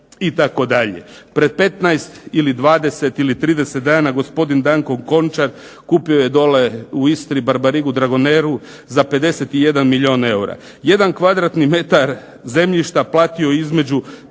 itd., itd. Pred 15 ili 20 ili 30 dana gospodin Danko Končar kupio je dole u Istri Barbarigu Dragoneru za 51 milijun eura. Jedan kvadratni metar zemljišta platio je između